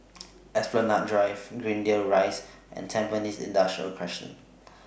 Esplanade Drive Greendale Rise and Tampines Industrial Crescent